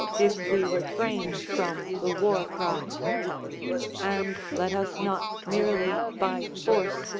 if we refrain from the war-cry. and let us not merely by force,